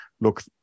look